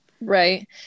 Right